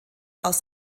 aus